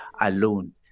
alone